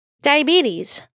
Diabetes